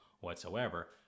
whatsoever